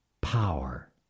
power